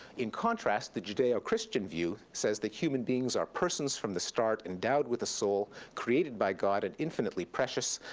in contrast, the judeo-christian view says that human beings are persons from the start endowed with a soul created by god and infinitely precious.